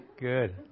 Good